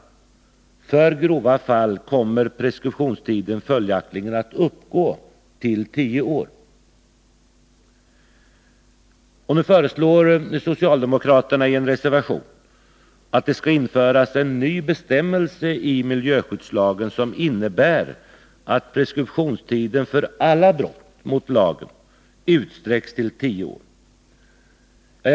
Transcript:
För grova fall kommer preskriptionstiden följaktligen att uppgå till tio år. Nu föreslår socialdemokraterna i en reservation att det skall införas en ny bestämmelse i miljöskyddslagen, som innebär att preskriptionstiden för alla brott mot lagen utsträcks till tio år.